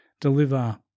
deliver